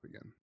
again